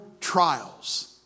trials